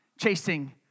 chasing